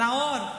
נאור.